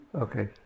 Okay